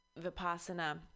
vipassana